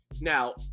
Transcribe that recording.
Now